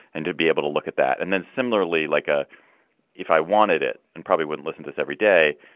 and to be able to look at that and then similarly like a if i wanted it and probably wouldn't listen to this every day,